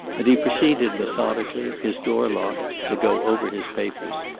and he proceeded methodically, his door locked, to go over his papers.